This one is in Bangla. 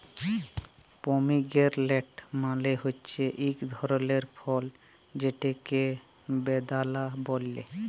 পমিগেরলেট্ মালে হছে ইক ধরলের ফল যেটকে বেদালা ব্যলে